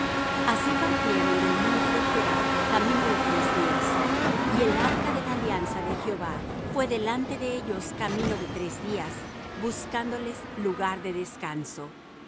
así partieron del monte de jehová camino de tres días y el arca de la alianza de jehová fué delante de ellos camino de tres días buscándoles lugar de descanso y